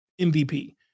MVP